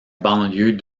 banlieue